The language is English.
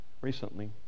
Recently